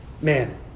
Man